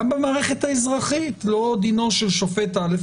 גם במערכת האזרחית לא דינו של שופט א'